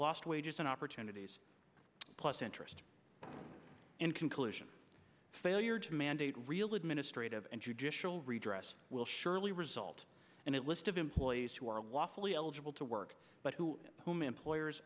lost wages and opportunities plus interest in conclusion failure to mandate real administrative and judicial redress will surely result and it list of employees who are wofully eligible to work but who whom employers